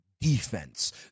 defense